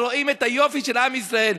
ורואים את היופי של עם ישראל.